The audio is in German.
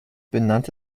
benannt